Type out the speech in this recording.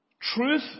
Truth